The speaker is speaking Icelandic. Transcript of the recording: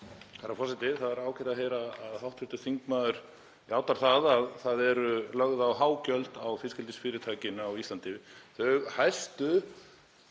Það er ágætt að heyra að hv. þingmaður játar því að það eru lögð á há gjöld á fiskeldisfyrirtækin á Íslandi. Hæstu